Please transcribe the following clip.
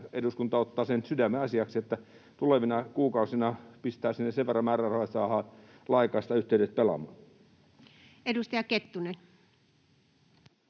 eduskunta ottaa sydämenasiakseen sen, että tulevina kuukausina pistää sinne sen verran määrärahoja, että saadaan laajakaistayhteydet pelaamaan. [Speech